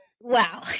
Wow